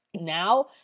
Now